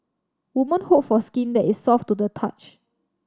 woman hope for skin that is soft to the touch